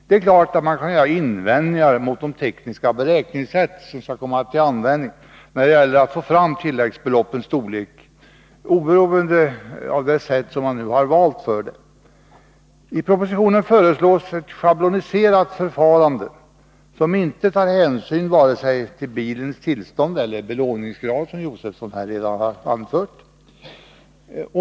Självklart kan invändningar resas mot de tekniska beräkningssätt som skall komma till användning när det gäller att få fram tilläggsbeloppets storlek oberoende av det sätt som valts. I propositionen föreslås ett schabloniserat förfarande, som inte tar hänsyn till vare sig bilens tillstånd eller belåningsgrad.